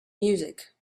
music